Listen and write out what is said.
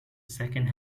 second